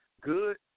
good